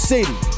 City